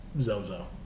Zozo